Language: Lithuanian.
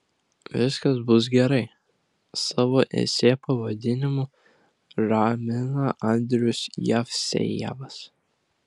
viskas bus gerai savo esė pavadinimu ramina andrius jevsejevas